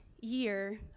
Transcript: year